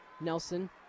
Nelson